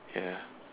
ya